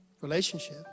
relationship